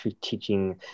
teaching